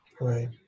right